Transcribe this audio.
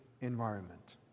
environment